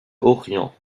horion